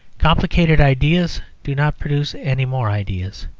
complicated ideas do not produce any more ideas.